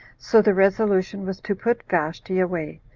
so the resolution was to put vashti away,